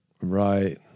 Right